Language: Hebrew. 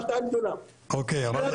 200 דונם קרקע,